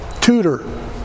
tutor